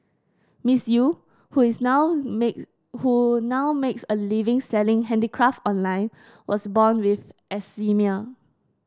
Miss Eu who is now make who now makes a living selling handicraft online was born with eczema